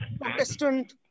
Protestant